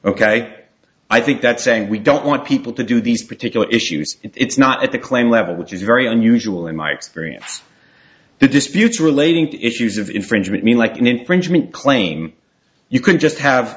ok i think that saying we don't want people to do these particular issues it's not at the claimed level which is very unusual in my experience the disputes relating to issues of infringement mean like an infringement claim you can just have